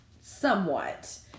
somewhat